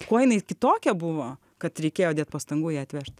kuo jinai kitokia buvo kad reikėjo dėt pastangų ją atvežt